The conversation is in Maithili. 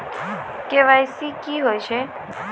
के.वाई.सी की होय छै?